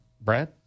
Brad